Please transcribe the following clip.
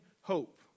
hope